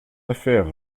affaire